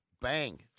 Bang